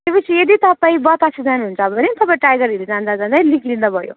त्योपछि सिधौ तपाईँ बतासे जानुहुन्छ भने तपाईँ टाइगर हिल जाँदा जाँदै निक्लिँदा भयो